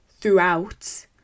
throughout